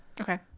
okay